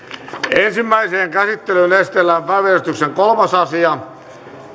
ensimmäiseen käsittelyyn esitellään päiväjärjestyksen kolmas asia